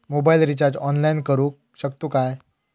Mobile recharge online करुक शकतू काय?